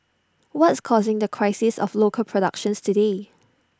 what's causing the crisis of local productions today